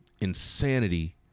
insanity